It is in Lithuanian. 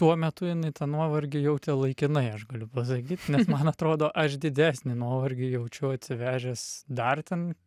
tuo metu jinai tą nuovargį jautė laikinai aš galiu pasakyt nes man atrodo aš didesnį nuovargį jaučiau atsivežęs dar ten